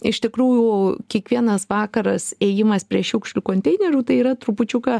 iš tikrųjų kiekvienas vakaras ėjimas prie šiukšlių konteinerių tai yra trupučiuką